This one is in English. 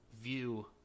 view